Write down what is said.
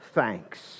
thanks